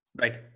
Right